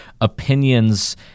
opinions